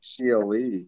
CLE